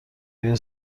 روی